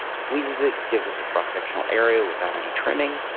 squeezes it, gives us a cross-sectional area without any trimming,